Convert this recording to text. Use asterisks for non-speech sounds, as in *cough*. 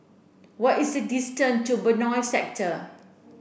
what is the *unintelligible* to Benoi Sector